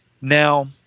Now